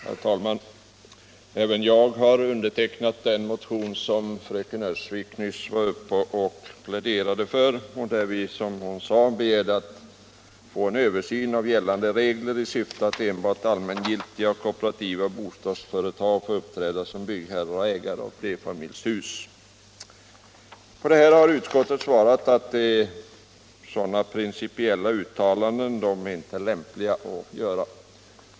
Herr talman! Även jag har undertecknat den motion som fröken Öhrsvik nyss pläderade för och i vilken vi, som hon sade, begär en översyn av gällande regler i syfte att endast allmännyttiga och kooperativa bostadsföretag får uppträda som byggherrar för och ägare av flerfamiljshus. På detta har utskottet svarat att sådana principiella uttalanden inte är lämpliga att göra.